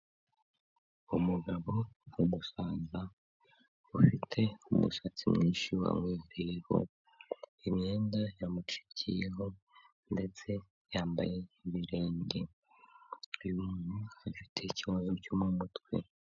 Umugabo w'umusaza ufite umusatsi mwinshi wamwereyeho, imyenda yamucikiyeho, ndetse yambaye ibirenge, uyu muntu afite ikibazo cyo mumutwe.